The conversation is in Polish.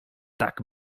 tak